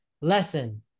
lesson